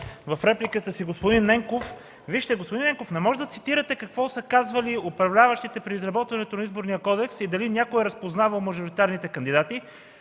в репликата си. Господин Ненков, не може да цитирате какво са казвали управляващите при изработването на Изборния кодекс и дали някой е разпознавал мажоритарните кандидати,